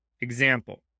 Example